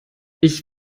ich